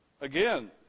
again